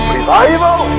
Revival